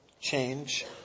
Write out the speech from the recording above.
change